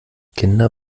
kinder